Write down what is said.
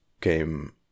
came